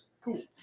cool